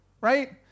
right